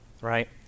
right